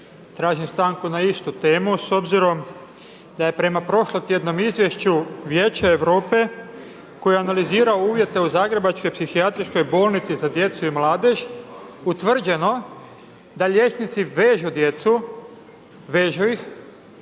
tražim stanku na istu temu s obzirom da je prema prošlotjednom izvješću Vijeće Europe koje analizira uvjete u zagrebačkoj psihijatrijskoj bolnici za djecu i mladež, utvrđeno da liječnici vežu djecu, vežu ih,